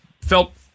felt